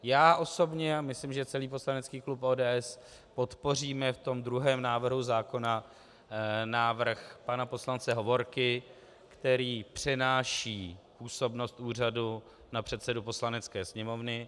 Já osobně a myslím, že celý poslanecký klub ODS, podpoříme v tom druhém návrhu zákona návrh pana poslance Hovorky, který přenáší působnost úřadu na předsedu Poslanecké sněmovny.